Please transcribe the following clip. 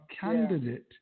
candidate